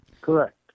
Correct